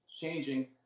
changing